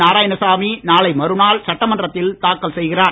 நாராயணசாமி நாளை மறுநாள் சட்டமன்றத்தில் தாக்கல் செய்கிறார்